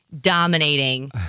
dominating